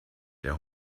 der